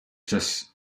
just